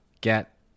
get